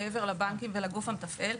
מעבר לבנקים ולגוף המתפעל.